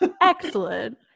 Excellent